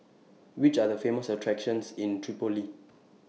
Which Are The Famous attractions in Tripoli